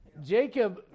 Jacob